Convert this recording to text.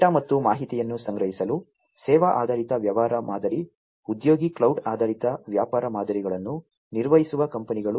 data ಮತ್ತು ಮಾಹಿತಿಯನ್ನು ಸಂಗ್ರಹಿಸಲು ಸೇವಾ ಆಧಾರಿತ ವ್ಯವಹಾರ ಮಾದರಿ ಉದ್ಯೋಗಿ ಕ್ಲೌಡ್ ಆಧಾರಿತ ವ್ಯಾಪಾರ ಮಾದರಿಗಳನ್ನು ನಿರ್ವಹಿಸುವ ಕಂಪನಿಗಳು